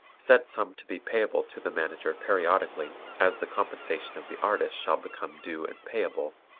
said sum to be payable to the manager periodically as the compensation of the artist shall become due and payable,